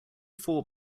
four